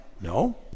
No